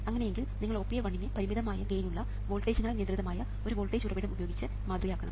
അങ്ങനെയെങ്കിൽ നിങ്ങൾ OPA1 നെ പരിമിതമായ ഗെയിൻ ഉള്ള വോൾട്ടേജിനാൽ അനിയന്ത്രിതമായ ഒരു വോൾട്ടേജ് ഉറവിടം ഉപയോഗിച്ച് മാതൃകയാക്കണം